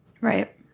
Right